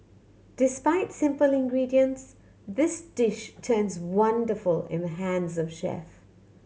despite simple ingredients this dish turns wonderful in the hands of chef